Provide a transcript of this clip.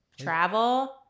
travel